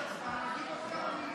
לא